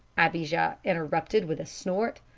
abijah interrupted, with a snort.